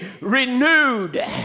renewed